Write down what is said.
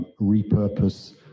repurpose